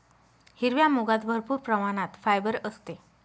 हिरव्या मुगात भरपूर प्रमाणात फायबर असते